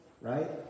right